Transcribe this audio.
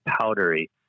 powdery